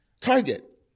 Target